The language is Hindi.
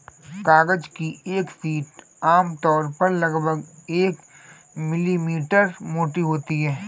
कागज की एक शीट आमतौर पर लगभग एक मिलीमीटर मोटी होती है